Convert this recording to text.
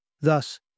Thus